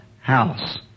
house